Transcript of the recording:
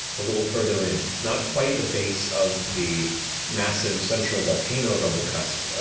a little further in, not quite at the base of the massive central volcano of rumblecusp,